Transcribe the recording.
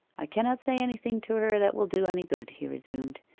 i cannot say anything to her that will do any good he resumed.